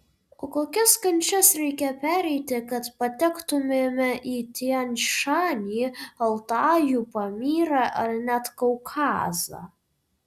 o kokias kančias reikia pereiti kad patektumėme į tian šanį altajų pamyrą ar net kaukazą